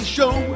Show